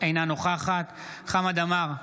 אינה נוכחת חמד עמאר,